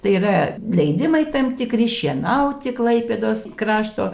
tai yra leidimai tam tikri šienauti klaipėdos krašto